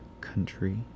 country